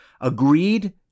agreed